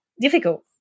difficult